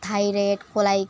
thyroid कसलाई